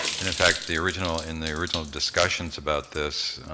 and in fact, the original, in the original discussions about this,